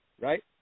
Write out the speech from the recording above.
right